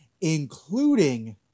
including